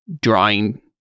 drawing